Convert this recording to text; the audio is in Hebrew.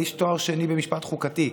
לי יש תואר שני במשפט חוקתי.